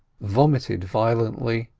vomited violently,